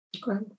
great